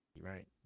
right